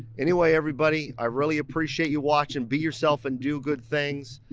anyway everybody, i really appreciate you watching, be yourself and do good things.